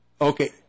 Okay